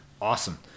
Awesome